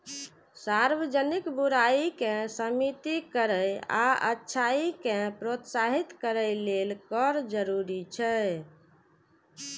सार्वजनिक बुराइ कें सीमित करै आ अच्छाइ कें प्रोत्साहित करै लेल कर जरूरी छै